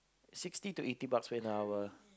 sixty to eighty bucks an hour